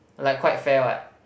like quite fair what